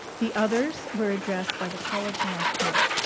the others were addressed by the college and our committee.